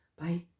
Bye